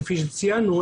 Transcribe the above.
כפי שציינו,